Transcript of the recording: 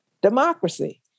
democracy